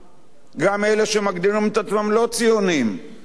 גם אלה שמגדירים את עצמם לא-ציונים אבל חיים